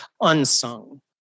unsung